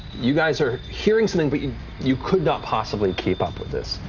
you guys are hearing something, but you you could not possibly keep up with this.